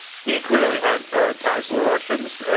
he clearly had ties to the russians,